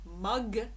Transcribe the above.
mug